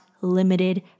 limited